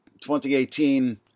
2018